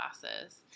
classes